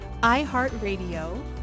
iHeartRadio